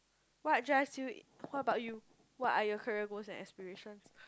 what drives you what about you what are your career goals and aspiration